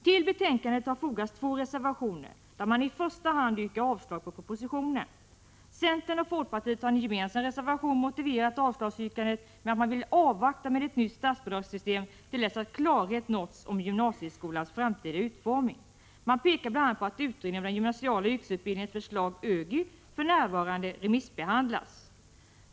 Till betänkandet har fogats två reservationer, där man i första hand yrkar avslag på propositionen. Centern och folkpartiet har i en gemensam reservation motiverat avslagsyrkandet med att man vill avvakta med ett nytt statsbidragssystem till dess att klarhet nåtts om gymnasieskolans framtida utformning. Man pekar bl.a. på att utredningens om den gymnasiala yrkesutbildningen, ÖGY, förslag för närvarande remissbehandlas.